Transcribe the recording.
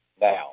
now